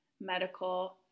medical